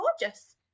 gorgeous